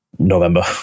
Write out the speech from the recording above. November